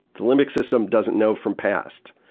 the limbic system doesn't know from past.